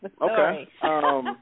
Okay